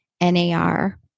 NAR